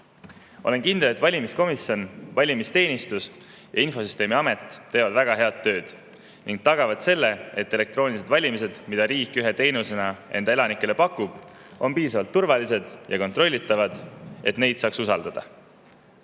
olen kindel, et valimiskomisjon, valimisteenistus ja infosüsteemi amet teevad väga head tööd ning tagavad selle, et elektroonilised valimised, mida riik ühe teenusena enda elanikele pakub, on piisavalt turvalised ja kontrollitavad, et neid saaks usaldada.